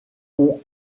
ont